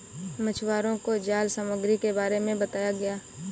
मछुवारों को जाल सामग्री के बारे में बताया गया